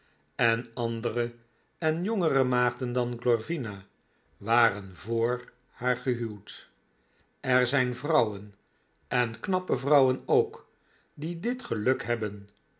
en andere en jongere maagden dan glorvina waren voor haar gehuwd er zijn vrouwen en knappe vrouwen ook die dit geluk hebben